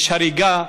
יש הריגה,